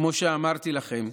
כמו שאמרתי לכם,